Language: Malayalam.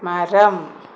മരം